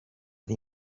the